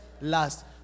last